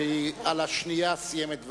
שעל השנייה סיים את דבריו.